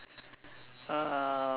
uh